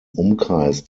umkreis